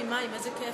הו, מים, איזה כיף.